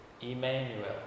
Emmanuel